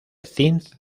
zinc